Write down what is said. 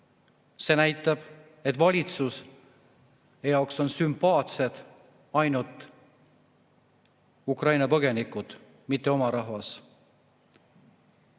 See näitab, et valitsuse jaoks on sümpaatsed ainult Ukraina põgenikud, mitte oma rahvas.